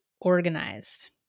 organized